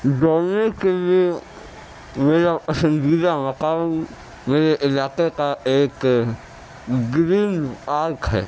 دوڑنے کے لیے میرا پسندیدہ مقام میرے علاقے کا ایک گرین پارک ہے